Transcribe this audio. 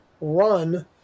run